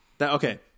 Okay